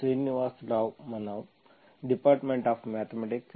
ಶ್ರೀನಿವಾಸ್ ರಾವ್ ಮನಂ department of mathematics